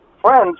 friends